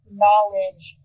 knowledge